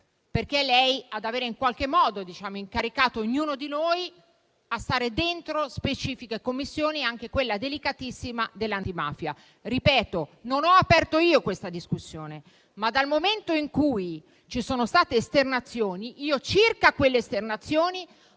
È lei ad avere incaricato ognuno di noi a stare dentro specifiche Commissioni, e anche in quella delicatissima dell'antimafia. Ripeto: non ho aperto io questa discussione, ma, dal momento in cui ci sono state esternazioni, a quelle esternazioni